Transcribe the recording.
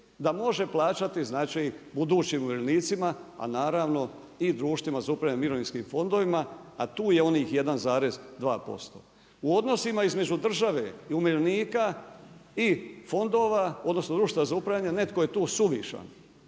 da može plaćati znači budućim umirovljenicima, a naravno i društvima za upravljanje mirovinskim fondovima, a tu je onih 1,2%. U odnosima između države i umirovljenika i fondova, odnosno društva za upravljanje netko je tu suvišan,